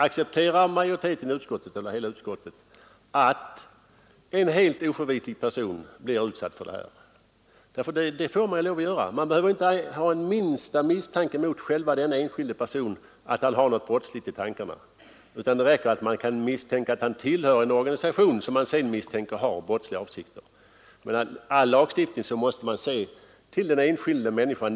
Accepterar utskottet att en helt oförvitlig person blir utsatt för sådant? Man behöver inte ha minsta misstanke mot denne enskilde person om att han har något brottsligt i tankarna, utan det räcker att man kan misstänka att han tillhör en organisation som man misstänker har brottsliga avsikter. Men i all lagstiftning måste man se till den enskilda människan.